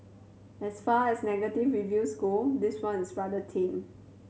as far as negative reviews go this one's rather tame